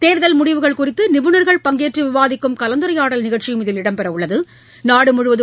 தேர்தல் முடிவுகள் குறித்துநிபுணர்கள் பங்கேற்றுவிவாதிக்கும் கலந்துரையாடல் நிகழ்ச்சியும் இதில் இடம் பெறவுள்ளது